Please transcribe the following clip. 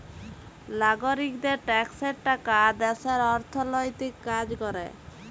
লাগরিকদের ট্যাক্সের টাকা দ্যাশের অথ্থলৈতিক কাজ ক্যরে